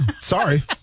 sorry